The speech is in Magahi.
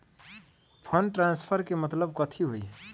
फंड ट्रांसफर के मतलब कथी होई?